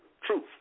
Truth